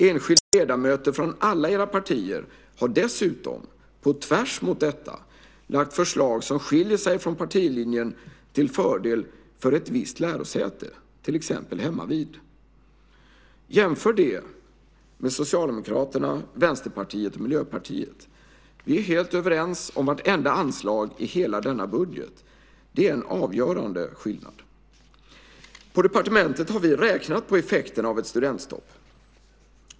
Enskilda ledamöter från alla era partier har dessutom på tvärs mot detta lagt fram förslag som skiljer sig från partilinjen till fördel för ett visst lärosäte, till exempel hemmavid. Jämför det med Socialdemokraterna, Vänsterpartiet och Miljöpartiet! Vi är helt överens om vartenda anslag i hela denna budget. Det är en avgörande skillnad. På departementet har vi räknat på effekten av ett studentstopp.